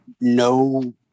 No